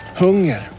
hunger